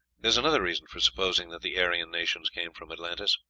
is another reason for supposing that the aryan nations came from atlantis.